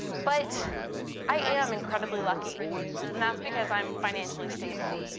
but i am incredibly lucky and that's because i'm financially stable.